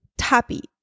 happy